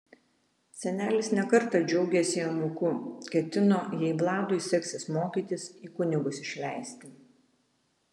senelis ne kartą džiaugėsi anūku ketino jei vladui seksis mokytis į kunigus išleisti